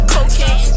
Cocaine